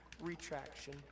Retraction